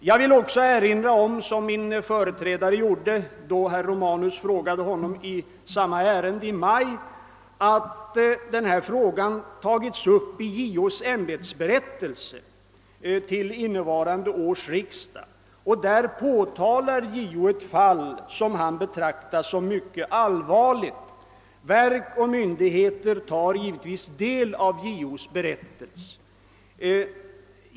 Jag vill också erinra om att detta spörsmål, såsom min företrädare också påpekade när herr Romanus ställde en fråga till honom i samma ärende i maj, tagits upp i JO:s ämbetsberättelse till innevarande års riksdag. Där påtalar JO ett fall som han betraktar som allvarligt. Verk och myndigheter tar givetvis del av JO:s berättelse.